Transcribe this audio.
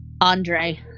Andre